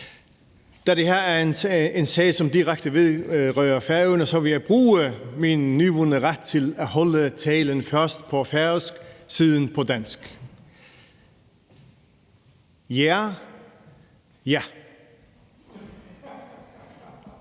Da det her er en sag, som direkte vedrører Færøerne, vil jeg bruge min nyvundne ret til at holde talen først på færøsk og siden på dansk: Ja –